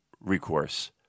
recourse